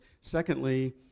secondly